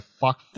fuck